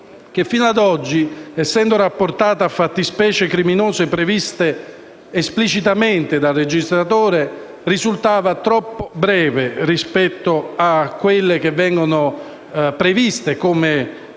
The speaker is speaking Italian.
che fino ad oggi, essendo rapportato a fattispecie criminose previste esplicitamente dal legislatore, risultava troppo breve rispetto a quelle che vengono previste come lesioni e